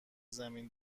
زمین